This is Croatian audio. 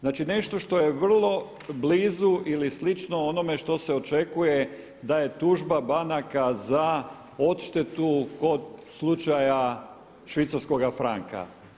Znači nešto što je vrlo blizu ili slično onome što se očekuje da je tužba banaka za odštetu kod slučaja švicarskoga franka.